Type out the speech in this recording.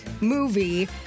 movie